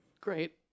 Great